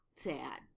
Sad